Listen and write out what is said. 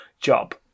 job